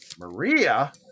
Maria